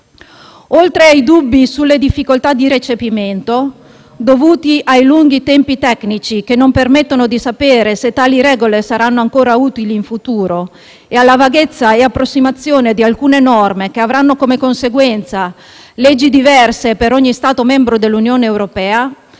Oltre ai dubbi sulle difficoltà di recepimento, dovuti ai lunghi tempi tecnici, che non permettono di sapere se tali regole saranno ancora utili in futuro e alla vaghezza e approssimazione di alcune norme, che avranno come conseguenza leggi diverse per ogni Stato membro dell'Unione europea,